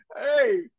Hey